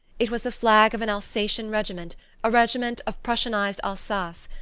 it was the flag of an alsatian regiment a regiment of prussianized alsace.